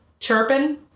Turpin